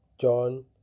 John